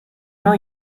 know